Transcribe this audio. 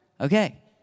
Okay